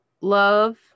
love